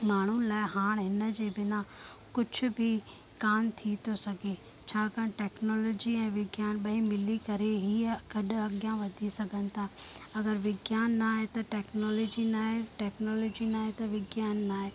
माण्हुनि लाइ हाणे हिनजे बिना कुझु बि कान थी थो सघे छाकाणि टैक्नोलॉजी ऐं विज्ञान ॿई मिली करे हीअं गॾु अॻियां वधी सघनि था अगरि विज्ञान न आहे त टैक्नोलॉजी न आहे टैक्नोलॉजी न आहे त विज्ञान न आहे